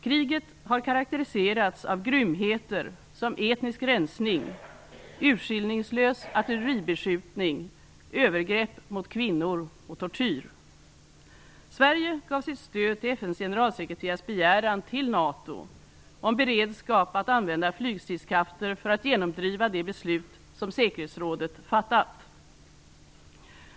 Kriget har karakteriserats av grymheter som etnisk rensning, urskillningslös artilleribeskjutning, övergrepp mot kvinnor och tortyr. Sverige gav sitt stöd till FN:s generalsekreterares begäran till NATO om beredskap att använda flygstridskrafter för att genomdriva de beslut som säkerhetsrådet fattat.